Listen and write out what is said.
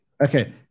Okay